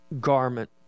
garment